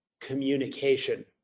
communication